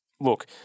Look